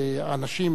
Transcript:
או אפילו יותר,